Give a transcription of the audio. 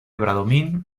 bradomín